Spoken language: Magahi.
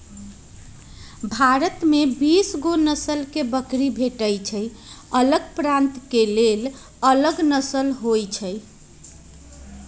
भारत में बीसगो नसल के बकरी भेटइ छइ अलग प्रान्त के लेल अलग नसल होइ छइ